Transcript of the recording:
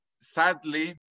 sadly